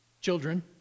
Children